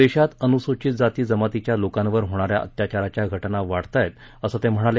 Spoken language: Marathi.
देशात अनुसूचित जाती जमातीच्या लोकांवर होणा या अत्याचाराच्या घटना वाढतायत असं ते म्हणाले